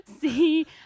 see